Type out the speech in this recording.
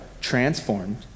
transformed